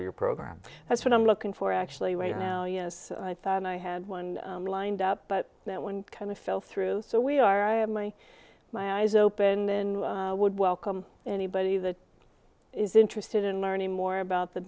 of your program that's what i'm looking for actually right now yes i thought i had one lined up but that one kind of fell through so we are i am i my eyes open then i would welcome anybody that is interested in learning more about the